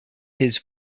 his